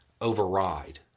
override